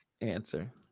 answer